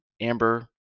amber